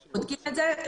אנחנו בודקים את זה.